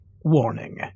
warning